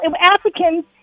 africans